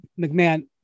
McMahon